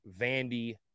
Vandy